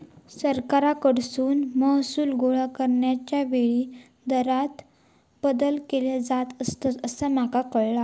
सरकारकडसून महसूल गोळा करण्याच्या वेळी दरांत बदल केले जात असतंत, असा माका कळाला